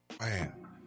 Man